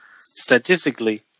statistically